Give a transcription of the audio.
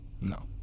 No